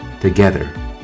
Together